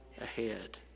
ahead